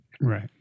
right